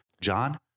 John